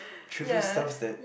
trivial stuffs that